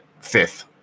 fifth